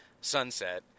sunset